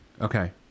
Okay